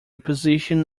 position